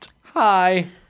Hi